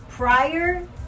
prior